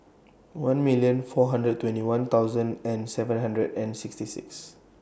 one million four hundred twenty one thousand and seven hundred and sixty six